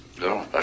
No